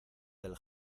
del